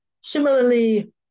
Similarly